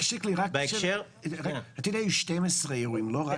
חה"כ שיקלי, היו 12 אירועים, לא רק עברונה.